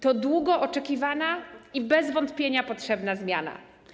To długo oczekiwana i bez wątpienia potrzebna zmiana.